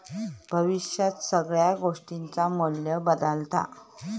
भविष्यात सगळ्या गोष्टींचा मू्ल्य बदालता